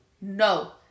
no